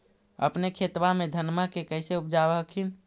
अपने खेतबा मे धन्मा के कैसे उपजाब हखिन?